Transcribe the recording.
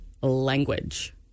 language